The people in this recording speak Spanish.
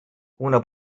una